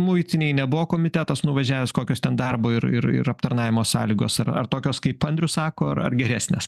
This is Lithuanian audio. muitinėj nebuvo komitetas nuvažiavęs kokios ten darbo ir ir aptarnavimo sąlygos ar ar tokios kaip andrius sako ar ar geresnės